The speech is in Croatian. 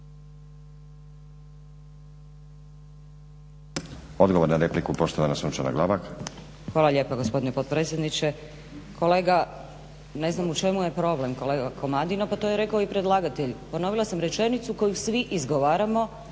Odgovor na repliku, poštovana Sunčana Glavak.